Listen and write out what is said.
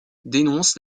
dénoncent